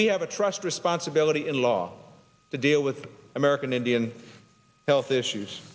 we have a trust responsibility in law to deal with american indian health issues